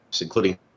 including